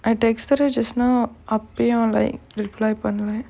I texted it just now அப்பயும்:appayum like reply பண்ணுவ:pannuva